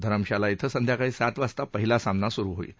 धरमशाला अँ संध्याकाळी सात वाजता पहिला सामना सुरु होईल